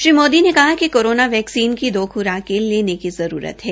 श्री मोदी ने कहा कि कोरोना वैक्सीन की दो खुराकें लेने की जरूरत है